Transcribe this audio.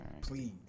Please